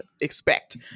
expect